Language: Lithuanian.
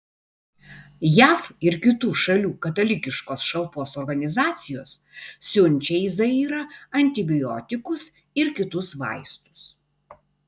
jav ir kitų šalių katalikiškos šalpos organizacijos siunčia į zairą antibiotikus ir kitus vaistus